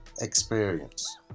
experience